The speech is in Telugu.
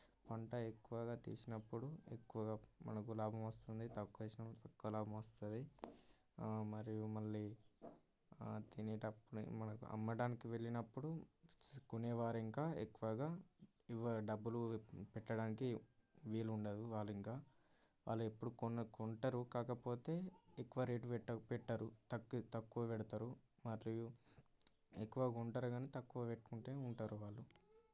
పంట ఎక్కువగా తీసినప్పుడు ఎక్కువగా మనకు లాభం వస్తుంది తక్కువ వేసాం ఎక్కువ లాభం వస్తుంది మరియు మళ్ళీ తినేటప్పుడు మనకి అమ్మడానికి వెళ్ళినప్పుడు కొనేవారు ఇంకా ఎక్కువగా ఇవ్వ డబ్బులు పెట్టడానికి వీలు ఉండదు వాళ్ళు ఇంక వాళ్ళు ఎప్పుడు కొను కొంటారు కాకపోతే ఎక్కువ రేటు పెట్ట పెట్టరు తక్కు తక్కువ పెడతారు మరియు ఎక్కువ కొంటారు కానీ తక్కువ పెట్టుకుంటు ఉంటారు వాళ్ళు